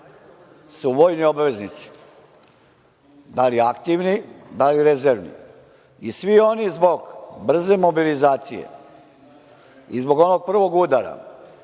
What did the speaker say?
su vojni obveznici, da li aktivni, da li rezervni. Svi oni zbog brze mobilizacije i zbog onog prvog udara